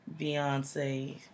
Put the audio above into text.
Beyonce